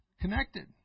Connected